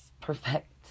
perfect